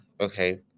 Okay